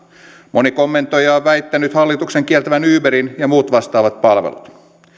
moni kommentoija on väittänyt hallituksen kieltävän uberin ja muut vastaavat palvelut